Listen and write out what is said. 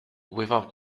without